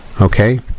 Okay